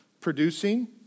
producing